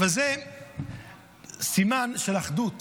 אבל זה סימן של אחדות